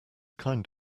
kind